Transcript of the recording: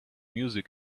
music